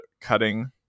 cutting